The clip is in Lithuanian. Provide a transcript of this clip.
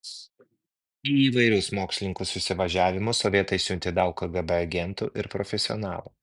į įvairius mokslininkų suvažiavimus sovietai siuntė daug kgb agentų ir profesionalų